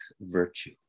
virtue